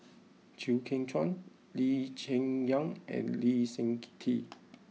Chew Kheng Chuan Lee Cheng Yan and Lee Seng ke Tee